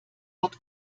hat